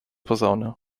posaune